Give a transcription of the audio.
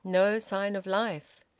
no sign of life!